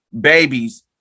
babies